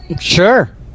Sure